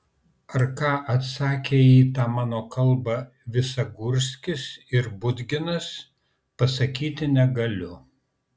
ar ką atsakė į tą mano kalbą visagurskis ir budginas pasakyti negaliu